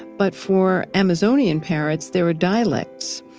but for amazonian parrots, there are dialects.